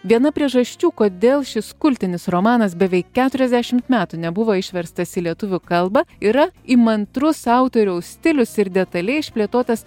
viena priežasčių kodėl šis kultinis romanas beveik keturiasdešimt metų nebuvo išverstas į lietuvių kalbą yra įmantrus autoriaus stilius ir detaliai išplėtotas